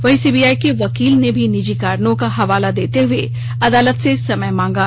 वहीं सीबीआई के वकील ने भी निजी कारणों का हवाला देते हुए अदालत से समय मांगा